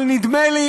אבל נדמה לי,